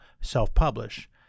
self-publish